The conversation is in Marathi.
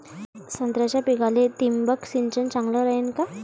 संत्र्याच्या पिकाले थिंबक सिंचन चांगलं रायीन का?